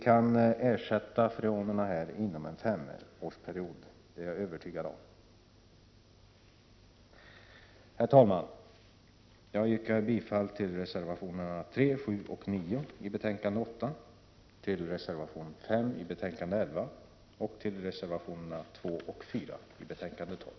Inom dessa områden kan vi ersätta freonerna inom en femårsperiod. Det är jag övertygad om. Herr talman! Jag yrkar bifall till reservationerna 3, 7 och 9 i betänkande 8, till reservation 5 i betänkande 11 och till reservationerna 2 och 4 i betänkande 12.